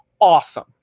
awesome